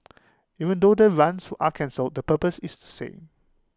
even though the runs are cancelled the purpose is the same